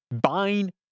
buying